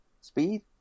speed